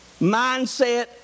mindset